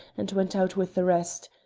and went out with the rest.